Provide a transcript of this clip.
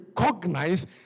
recognize